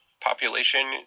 population